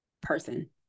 person